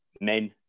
men